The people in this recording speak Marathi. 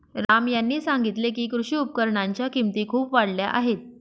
राम यांनी सांगितले की, कृषी उपकरणांच्या किमती खूप वाढल्या आहेत